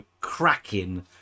cracking